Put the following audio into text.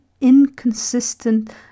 inconsistent